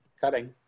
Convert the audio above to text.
Cutting